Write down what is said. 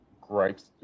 gripes